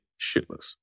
shitless